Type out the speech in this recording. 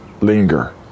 linger